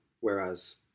whereas